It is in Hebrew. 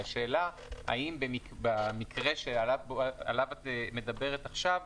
השאלה האם במקרה שעליו את מדברת עכשיו,